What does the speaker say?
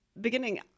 beginning